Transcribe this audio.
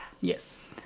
Yes